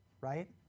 right